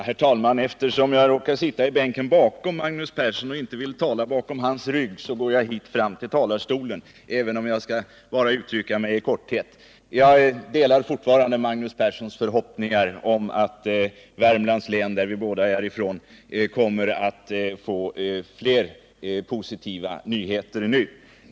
Herr talman! Eftersom jag råkar sitta i bänken bakom Magnus Persson och inte vill tala bakom hans rygg går jag upp i talarstolen, även om jag skall fatta mig kort. Jag delar fortfarande Magnus Perssons förhoppningar om att Värmlands län, från vilket vi båda kommer, skall få uppleva fler positiva nyheter i fortsättningen.